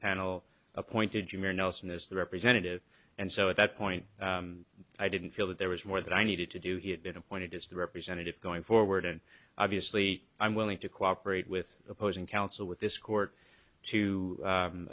panel appointed you're nelson as the representative and so at that point i didn't feel that there was more that i needed to do he had been appointed as the representative going forward and obviously i'm willing to cooperate with opposing counsel with this court to